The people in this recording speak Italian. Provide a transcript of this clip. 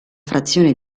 frazione